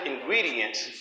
ingredients